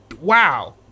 wow